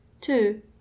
two